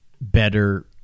better